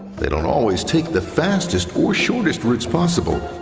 they don't always take the fastest or shortest routes possible,